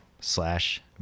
slash